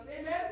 amen